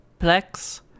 Plex